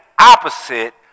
opposite